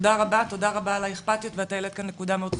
תודה רבה על האכפתיות ועל שהעלית כאן נקודה מאוד חשובה.